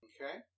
Okay